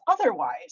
otherwise